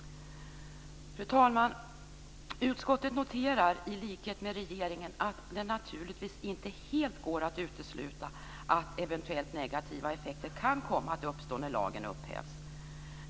Fru talman! Utskottet noterar i likhet med regeringen att det naturligtvis inte helt går att utesluta att eventuella negativa effekter kan komma att uppstå när lagen upphävs.